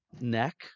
neck